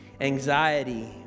anxiety